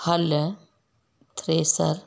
हल थ्रेसर